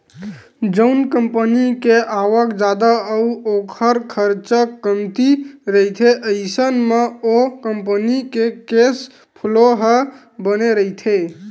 जउन कंपनी के आवक जादा अउ ओखर खरचा कमती रहिथे अइसन म ओ कंपनी के केस फ्लो ह बने रहिथे